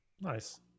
Nice